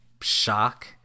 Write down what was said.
shock